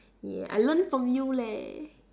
ya I learn from you leh